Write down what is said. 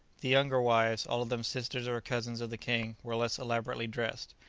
the younger wives, all of them sisters or cousins of the king, were less elaborately dressed.